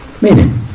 Meaning